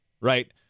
right